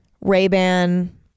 Ray-Ban